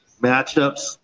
matchups